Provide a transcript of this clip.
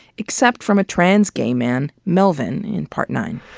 except from a trans gay man, melvin, in part nine.